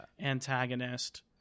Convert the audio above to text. antagonist